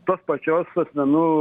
tos pačios asmenų